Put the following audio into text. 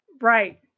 Right